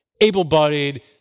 able-bodied